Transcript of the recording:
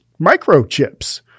microchips